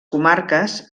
comarques